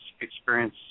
experience